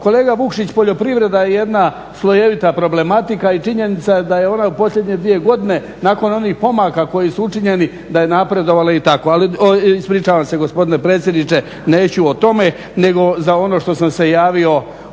kolega Vukšić poljoprivreda je jedna slojevita problematika i činjenica da je ona u posljednje dvije godine nakon onih pomaka koji su učinjeni da je napredovala i tako. Ali ispričavam se gospodine predsjedniče neću o tome nego za ono što sam se javio